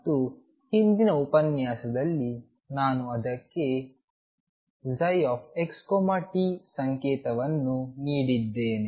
ಮತ್ತು ಹಿಂದಿನ ಉಪನ್ಯಾಸದಲ್ಲಿ ನಾನು ಅದಕ್ಕೆ ψxt ಸಂಕೇತವನ್ನು ನೀಡಿದ್ದೇನೆ